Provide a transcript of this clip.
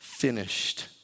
finished